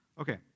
Okay